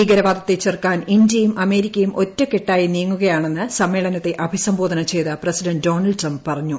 ഭീകരവാദത്തെ ചെറുക്കാൻ ഇന്ത്യയും അമേരിക്കയും ഒറ്റക്കെട്ടായി നീങ്ങുകയാണെന്ന് സമ്മേളനത്തെ അഭിസ്ട്ബ്ബ്ധന ചെയ്ത പ്രസിഡന്റ് ഡോണൾഡ് ട്രംപ് പറഞ്ഞു